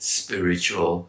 spiritual